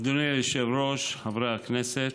אדוני היושב-ראש, חברי הכנסת,